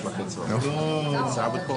זה דומה מאוד לכתב